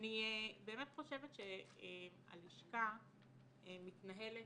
אני באמת חושבת שהלשכה מתנהלת,